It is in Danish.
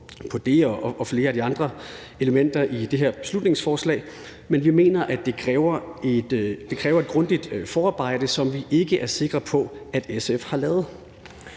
og flere af de andre elementer i det her beslutningsforslag, men vi mener, at det kræver et grundigt forarbejde, som vi ikke er sikre på, at SF har lavet.